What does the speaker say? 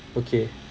okay